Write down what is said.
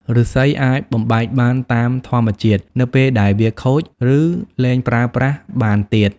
ឫស្សីអាចបំបែកបានតាមធម្មជាតិនៅពេលដែលវាខូច ឬលែងប្រើប្រាស់បានទៀត។